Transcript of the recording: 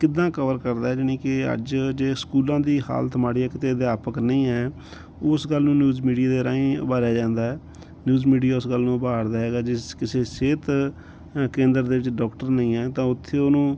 ਕਿੱਦਾਂ ਕਵਰ ਕਰਦਾ ਜਾਨੀ ਕਿ ਅੱਜ ਜੇ ਸਕੂਲਾਂ ਦੀ ਹਾਲਤ ਮਾੜੀ ਏ ਕਿਤੇ ਅਧਿਆਪਕ ਨਹੀਂ ਹੈ ਉਸ ਗੱਲ ਨੂੰ ਨਿਊਜ਼ ਮੀਡੀਆ ਦੇ ਰਾਹੀਂ ਉਭਾਰਿਆ ਜਾਂਦਾ ਨਿਊਜ਼ ਮੀਡੀਆ ਉਸ ਗੱਲ ਨੂੰ ਉਭਾਰਦਾ ਹੈਗਾ ਜਿਸ ਕਿਸੇ ਸਿਹਤ ਕੇਂਦਰ ਦੇ ਵਿੱਚ ਡੋਕਟਰ ਨਹੀਂ ਹੈ ਤਾਂ ਉੱਥੇ ਉਹਨੂੰ